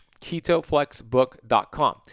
ketoflexbook.com